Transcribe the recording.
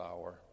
hour